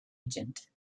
agent